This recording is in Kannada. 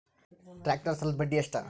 ಟ್ಟ್ರ್ಯಾಕ್ಟರ್ ಸಾಲದ್ದ ಬಡ್ಡಿ ಎಷ್ಟ?